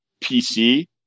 pc